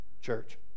Church